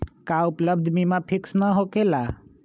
का उपलब्ध बीमा फिक्स न होकेला?